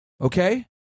okay